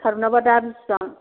थारुनआबा दा बिसिबां